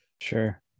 Sure